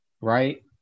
right